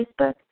Facebook